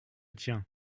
tien